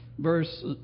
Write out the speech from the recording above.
Verse